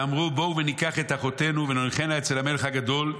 ואמרו: בואו וניקח אחותנו ונוליכנה אצל המלך הגדול,